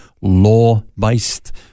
law-based